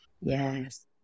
Yes